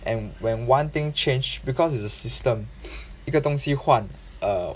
and when one thing change because it's a system 一个东西换 err